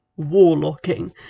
warlocking